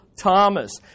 Thomas